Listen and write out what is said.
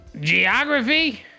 geography